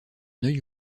œil